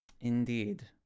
Indeed